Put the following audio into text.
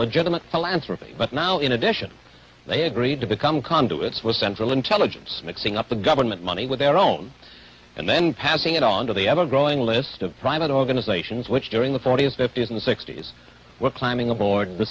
legitimate philanthropy but now in addition they agreed to become conduits for central intelligence mixing up the government money with their own and then passing it on to the ever growing list of private organizations which during the saudis that is in the sixty's were climbing aboard the